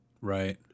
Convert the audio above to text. right